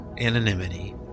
anonymity